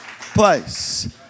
place